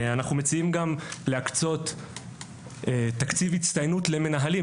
אנחנו מציעים גם להקצות תקציב הצטיינות למנהלים,